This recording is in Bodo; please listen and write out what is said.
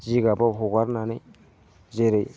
जिगाबाव हगारनानै जेरै